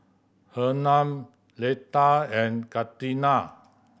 Hernan Leta and Katina